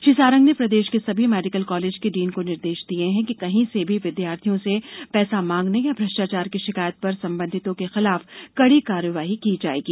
श्री सारंग ने प्रदेश के सभी मेडिकल कॉलेज के डीन को निर्देश दिए हैं कि कहीं से भी विद्यार्थियों से पैसा मांगने या भ्रष्टाचार की शिकायत पर संबंधितों के खिलाफ कड़ी कार्रवाई की जाएगी